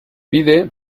pide